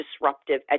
disruptive